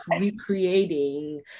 recreating